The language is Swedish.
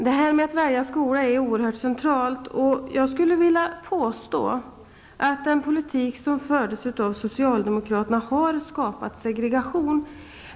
Frågan om att välja skola är oerhört central, och jag skulle vilja påstå att den politik som fördes av socialdemokraterna skapade segregation.